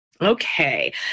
Okay